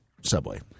subway